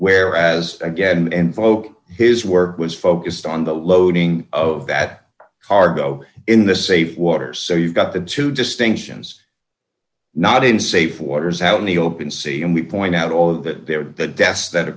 whereas again and vote his work was focused on the loading of that cargo in the safe waters so you've got the two distinctions not in safe waters out in the open sea and we point out all of that there are the deaths that